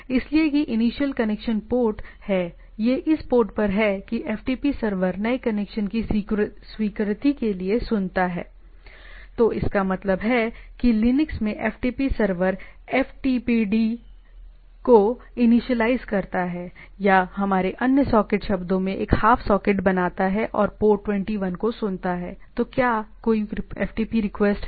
इसलिए कि initial connection port है यह इस पोर्ट पर है कि FTP सर्वर नए कनेक्शन की स्वीकृति के लिए सुनता हैतो इसका मतलब है कि लिनक्स में एफटीपी सर्वर एफटीपीडी को इनिशियलआइस करता है या हमारे अन्य सॉकेट शब्दों में एक हाफ सॉकेट बनाता है और पोर्ट 21 को सुनता है तो क्या कोई FTP रिक्वेस्ट है